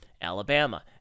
Alabama